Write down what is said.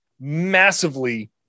massively